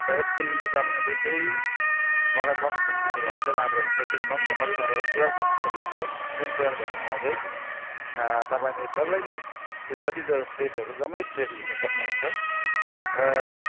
र यसको निम्ति तपाईँले चाहिँ मलाई लमसम दिनुभयो भने चाहिँ राम्रो हुन्छ किनभने लमसममा चाहिँ तपाईँको टुवेल्भ हन्ड्रेड जस्तो लाग्छ जुन टुवेल्भ हन्ड्रेडमा चाहिँ तपाईँले डल्लै नै त्यो जति जग्गा प्लेसहरू जम्मै प्लेस घुम्नु सक्नुहुन्छ र